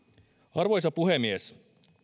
arvoisa puhemies